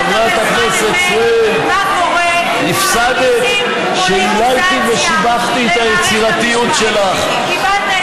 קיבלת בזמן אמת מה קורה כשמכניסים פוליטיזציה למערכת המשפט.